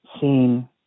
seen